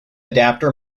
adapter